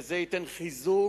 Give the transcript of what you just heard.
וזה ייתן חיזוק,